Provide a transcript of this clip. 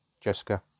Jessica